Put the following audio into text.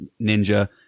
ninja